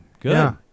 good